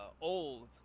old